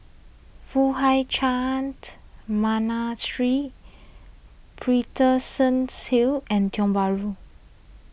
Foo Hai Ch'an Monastery Paterson Hill and Tiong Bahru